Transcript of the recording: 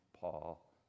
Paul